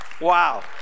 wow